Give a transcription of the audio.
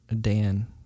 dan